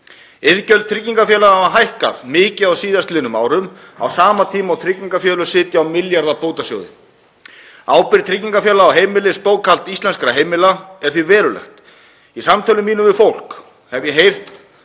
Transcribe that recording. Iðgjöld tryggingafélaga hafa hækkað mikið á síðastliðnum árum á sama tíma og tryggingafélög sitja á milljarða bótasjóði. Ábyrgð tryggingafélaga á heimilisbókhaldi íslenskra heimila er því veruleg. Í samtölum mínum við fólk hef ég heyrt